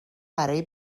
برای